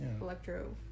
electro